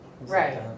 Right